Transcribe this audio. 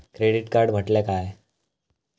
Credit card म्हटल्या काय?